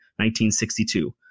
1962